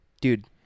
dude